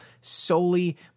solely